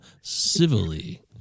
civilly